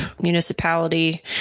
municipality